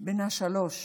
בן השלוש